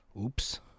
Oops